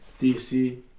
DC